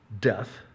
death